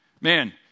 Man